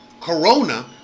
Corona